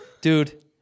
dude